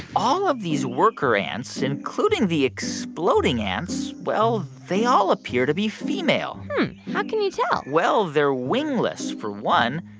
all of these worker ants, including the exploding ants well, they all appear to be female how can you tell? well, they're wingless, for one.